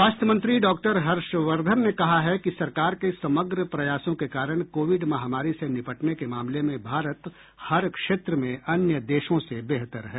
स्वास्थ्य मंत्री डॉक्टर हर्षवर्धन ने कहा है कि सरकार के समग्र प्रयासों के कारण कोविड महामारी से निपटने के मामले में भारत हर क्षेत्र में अन्य देशों से बेहतर है